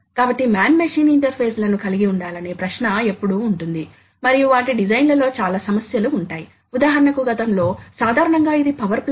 కాబట్టి ఉదాహరణకు గేర్లో బ్యాక్లాష్ ఉండవచ్చు లేదా షాఫ్ట్ ఏంగిల్ ఎన్కోడెర్ లో బ్యాక్లాష్ కూడా ఉండవచ్చు